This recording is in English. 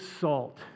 salt